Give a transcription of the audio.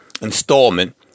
installment